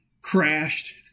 crashed